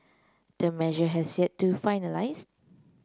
the measure has yet to finalised